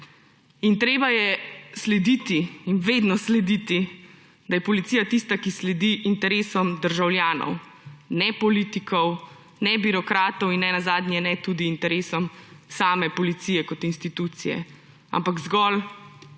In treba je slediti in vedno slediti, da je policija tista, ki sledi interesom državljanov, ne politikov, ne birokratov in nenazadnje ne tudi interesom same Policije kot institucije, ampak zgolj